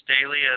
daily